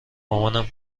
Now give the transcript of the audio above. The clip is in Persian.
مامانم